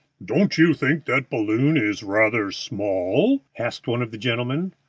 don't you think that balloon is rather small? asked one of the gentlemen.